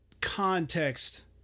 context